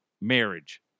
marriage